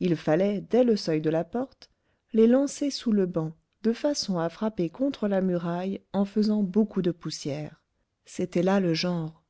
il fallait dès le seuil de la porte les lancer sous le banc de façon à frapper contre la muraille en faisant beaucoup de poussière c'était là le genre